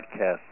podcast